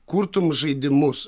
kurtum žaidimus